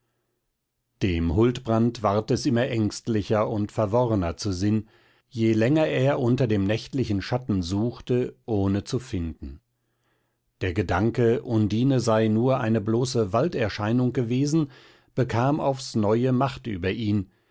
dem huldbrand ward es immer ängstlicher und verworrner zu sinn je länger er unter den nächtlichen schatten suchte ohne zu finden der gedanke undine sei nur eine bloße walderscheinung gewesen bekam aufs neue macht über ihn